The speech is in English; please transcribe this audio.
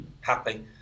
Happy